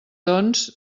doncs